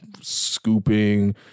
scooping